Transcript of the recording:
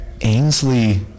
Ainsley